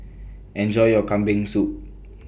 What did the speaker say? Enjoy your Kambing Soup